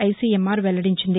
ICMR వెల్లడించింది